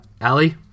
Allie